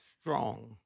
strong